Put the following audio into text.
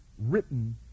written